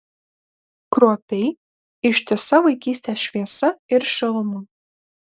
kruopiai ištisa vaikystės šviesa ir šiluma